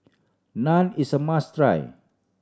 naan is a must try